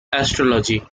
astrology